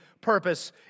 purpose